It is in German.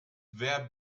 wer